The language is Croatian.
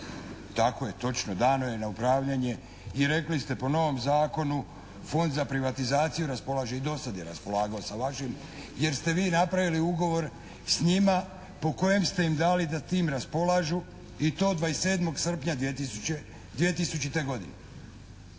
Tako je, točno. Dano je na upravljanje i rekli ste po novom zakonu, Fond za privatizaciju raspolaže i do sad je raspolagao sa vašim jer ste vi napravili ugovor s njima po kojem ste im dali da tim raspolažu i to 27. srpnja 2000. godine.